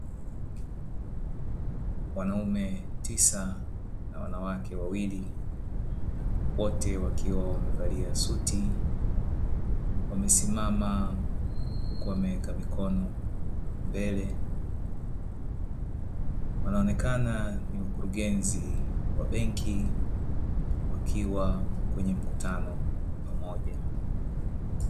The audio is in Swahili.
Wanaume tisa na wanawake wawili wote wakiwa wamevalia suti wamesimama huku wameweka mikono mbele, wanaonekana ni wakurugenzi wa benki wakiwa kwenye mkutano wa pamoja.